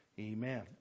amen